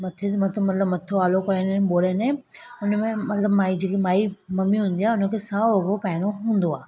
मथे ते मत मतलबु मथो आलो कराईंदियूं आहिनि ॿोड़ंदा आहिनि हुन में मतलबु माई जेकी माई मम्मी हूंदी आहे हुनखे साओ वॻो पाइणो हूंदो आहे